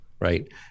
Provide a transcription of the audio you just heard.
right